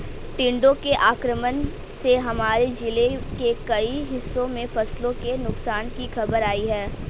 टिड्डों के आक्रमण से हमारे जिले के कई हिस्सों में फसलों के नुकसान की खबर आई है